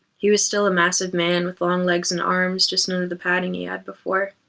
he was still a massive man, with long legs and arms, just none of the padding he had before.